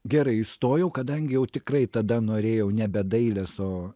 gerai įstojau kadangi jau tikrai tada norėjau nebe dailės o